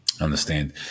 Understand